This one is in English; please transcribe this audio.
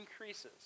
increases